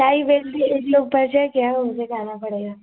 tie belt के एक लोग बचा क्या उनसे कहना पड़ेगा